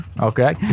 okay